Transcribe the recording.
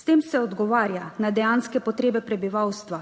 S tem se odgovarja na dejanske potrebe prebivalstva